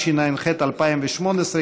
התשע"ח 2018,